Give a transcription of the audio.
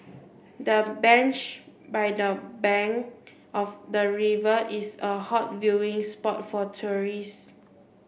the bench by the bank of the river is a hot viewing spot for tourists